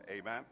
amen